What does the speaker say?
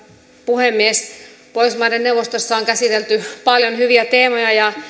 puhemies pohjoismaiden neuvostossa on käsitelty paljon hyviä teemoja ja